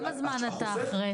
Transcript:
כמה זמן אתה אחרי?